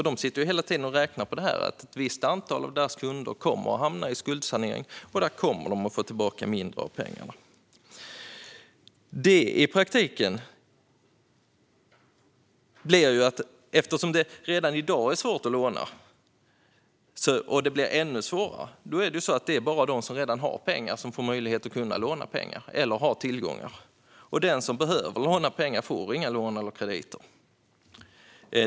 De sitter hela tiden och räknar på detta: Ett visst antal av deras kunder kommer att hamna i skuldsanering, och då får de tillbaka mindre av pengarna. I praktiken blir det så, eftersom det redan i dag är svårt att låna och nu blir ännu svårare, att det bara är den som redan har pengar eller tillgångar som får möjlighet att låna pengar. Den som behöver pengar får inga lån eller krediter.